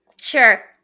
Sure